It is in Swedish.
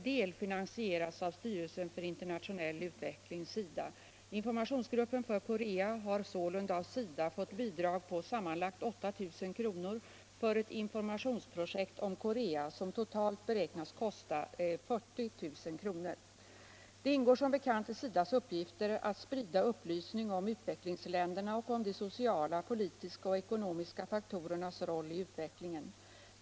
Det ingår som bekant i SIDA:s uppgifter att sprida upplysning om utvecklingsländerna och om de sociala, politiska och ekonomiska faktorernas roll i utvecklingen.